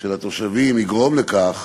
של התושבים יגרום לכך